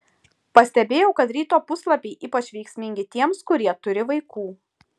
pastebėjau kad ryto puslapiai ypač veiksmingi tiems kurie turi vaikų